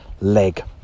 leg